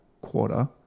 quarter